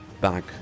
back